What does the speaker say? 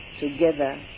together